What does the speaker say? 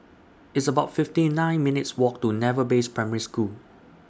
It's about fifty nine minutes' Walk to Naval Base Primary School